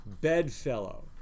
bedfellow